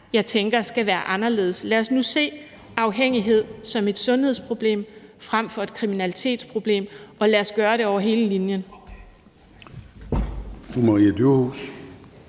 jeg tænker skal være anderledes. Lad os nu se afhængighed som et sundhedsproblem frem for et kriminalitetsproblem, og lad os gøre det over hele linjen.